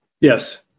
yes